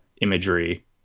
imagery